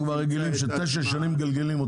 אנחנו כבר רגילים שתשע שנים מגלגלים את זה.